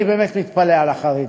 אני באמת מתפלא על החרדים.